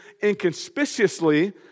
inconspicuously